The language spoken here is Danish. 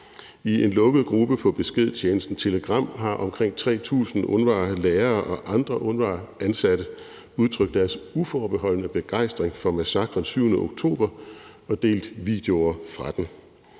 I en lukket gruppe på beskedtjenesten Telegram har omkring 3.000 UNRWA-lærere og andre UNRWA-ansatte udtrykt deres uforbeholdne begejstring for massakren den 7. oktober og delt videoer fra den.